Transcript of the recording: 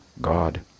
God